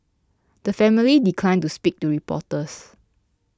the family declined to speak to reporters